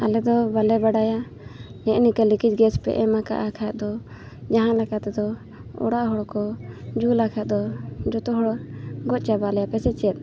ᱟᱞᱮ ᱫᱚ ᱵᱟᱞᱮ ᱵᱟᱰᱟᱭᱟ ᱱᱮᱜᱼᱮ ᱱᱮᱠᱟᱹ ᱞᱤᱠᱮᱡᱽ ᱜᱮᱥ ᱯᱮ ᱮᱢ ᱠᱟᱫᱼᱟ ᱠᱷᱟᱡ ᱫᱚ ᱡᱟᱦᱟᱸ ᱞᱮᱠᱟ ᱛᱮᱫᱚ ᱚᱲᱟᱜ ᱦᱚᱲ ᱠᱚ ᱡᱩᱞᱟᱜ ᱠᱷᱟᱡ ᱫᱚ ᱡᱚᱛᱚ ᱦᱚᱲ ᱜᱚᱡ ᱪᱟᱵᱟ ᱞᱮᱭᱟ ᱯᱮ ᱥᱮ ᱪᱮᱫ